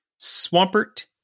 Swampert